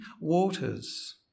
waters